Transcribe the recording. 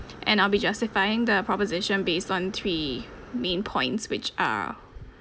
and I'll be justifying the proposition based on three main points which are